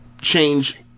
change